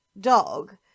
dog